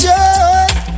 Joy